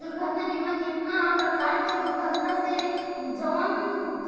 दुर्घटना बीमा केतना परकार के दुर्घटना से जवन